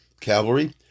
cavalry